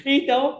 Então